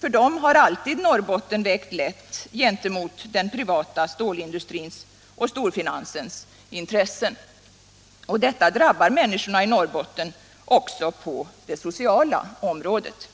För dem har alltid Norrbotten vägt lätt gentemot den privata stålindustrins och storfinansens intressen, och detta drabbar människorna i Norrbotten också på det sociala området.